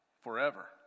forever